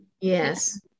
Yes